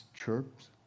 chirps